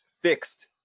fixed